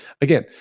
again